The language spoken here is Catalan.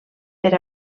per